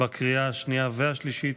לקריאה השנייה והשלישית.